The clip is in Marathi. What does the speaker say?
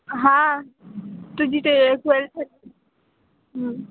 हां तुझी ते ट्वेल्थ